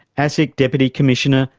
asic deputy commissioner,